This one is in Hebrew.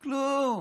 כלום.